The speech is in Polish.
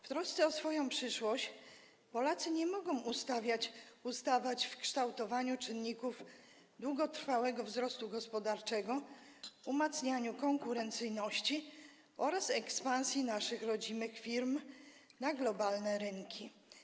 W trosce o swoją przyszłość Polacy nie mogą ustawać w kształtowaniu czynników długotrwałego wzrostu gospodarczego, umacnianiu konkurencyjności oraz ekspansji naszych rodzimych firm na globalne rynki”